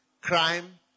crime